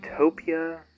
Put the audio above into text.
Utopia